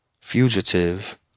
fugitive